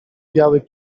biały